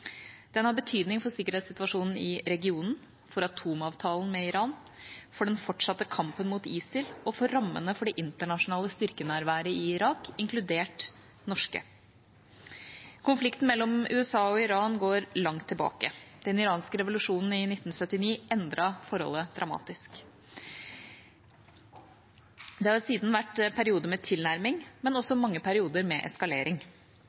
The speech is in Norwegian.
Den har betydning for sikkerhetssituasjonen i regionen, for atomavtalen med Iran, for den fortsatte kampen mot ISIL og for rammene for det internasjonale styrkenærværet i Irak, inkludert det norske. Konflikten mellom USA og Iran går langt tilbake. Den iranske revolusjonen i 1979 endret forholdet dramatisk. Det har siden vært perioder med tilnærming, men også mange perioder med eskalering.